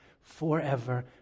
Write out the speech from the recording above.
forever